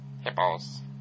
hippos